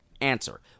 answer